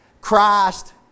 Christ